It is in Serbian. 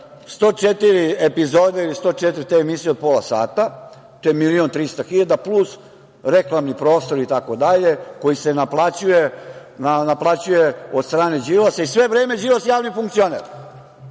104 epizode ili 104 emisije od pola sata, to je milion i trista hiljada, plus reklamni prostor itd, koji se naplaćuje od strane Đilasa i sve vreme je Đilas javni funkcioner.